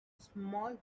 small